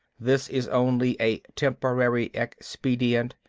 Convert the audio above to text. this is only a temporary expedient,